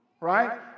right